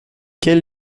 quel